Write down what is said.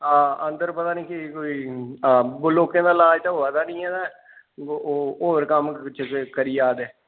हां अंदर पता निं केह् कोई लोकें दा लाज़ ते होआ दा निं ऐ ते होर कम्म करी जा दे